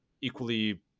equally